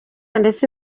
ndetse